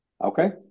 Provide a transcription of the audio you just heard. Okay